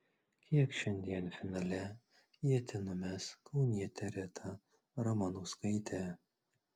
kiek šiandien finale ietį numes kaunietė rita ramanauskaitė